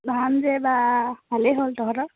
ভালেই হ'ল তহঁতৰ